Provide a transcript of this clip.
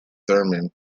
thurman